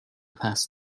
past